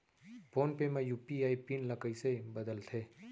Phone पे म UPI pin ल कइसे बदलथे?